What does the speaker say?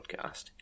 podcast